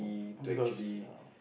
because err